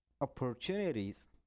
opportunities